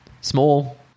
small